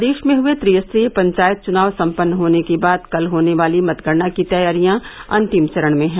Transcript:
प्रदेश में हुए त्रिस्तरीय पंचायत चुनाव सम्पन्न होने के बाद कल होने वाली मतगणना की तैयारियां अंतिम चरण में हैं